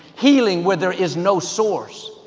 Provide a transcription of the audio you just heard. healing where there is no source.